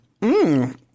Mmm